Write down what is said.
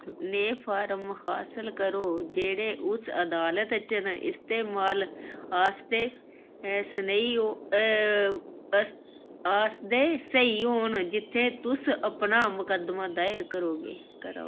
नेह् फार्म हासल करो जेह्ड़े उस अदालत च न इस्तेमाल आस्तै स्हेई होन जित्थै तुस अपना मकद्दमा दायर करोगे करो